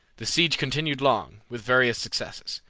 the siege continued long, with various success.